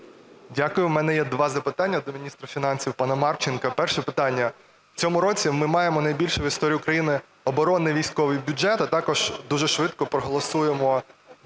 Дякую. В мене є два запитання до міністра фінансів пана Марченка. Перше питання. В цьому році ми маємо найбільший в історії України оборонний військовий бюджет, а також дуже швидко проголосуємо